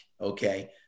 okay